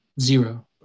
Zero